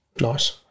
Nice